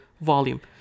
volume